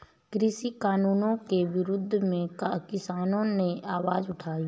कृषि कानूनों के विरोध में किसानों ने आवाज उठाई